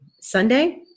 Sunday